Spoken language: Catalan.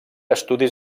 estudis